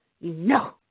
No